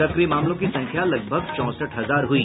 सक्रिय मामलों की संख्या लगभग चौंसठ हजार हुई